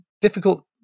difficult